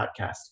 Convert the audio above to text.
podcast